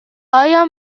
آیا